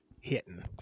hitting